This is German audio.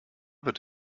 wird